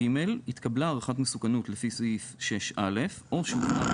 (ג) התקבלה הערכת מסוכנות לפי סעיף 6א או שהובאה